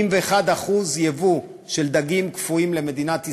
81% יבוא של דגים קפואים למדינת ישראל,